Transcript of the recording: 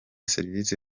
serivisi